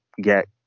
get